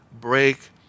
break